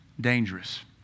dangerous